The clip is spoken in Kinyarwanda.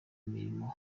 umurimo